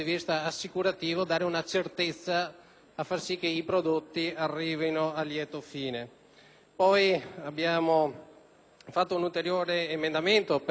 e garantire che i prodotti arrivino a lieto fine. Abbiamo poi presentato un ulteriore emendamento per la semplificazione e la riduzione